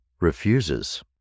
refuses